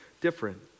different